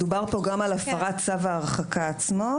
דובר פה בישיבה הקודמת גם על הפרת צו ההרחקה עצמו,